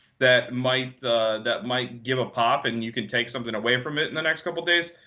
that might that might give a pop, and you can take something away from it in the next couple of days.